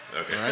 Okay